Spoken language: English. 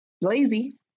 lazy